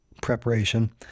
preparation